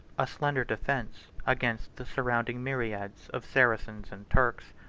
a slender defence against the surrounding myriads of saracens and turks.